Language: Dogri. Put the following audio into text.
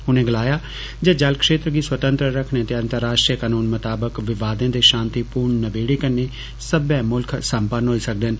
उनें गलाया जे जल क्षेत्र गी स्वतंत्र रखने ते अंतर्राष्ट्रीय कनून मताबक विवादें दे शांतिपूर्ण नबेड़े कन्नै सब्बै मुल्ख सम्पन्न होई सकदे न